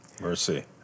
mercy